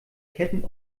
ketten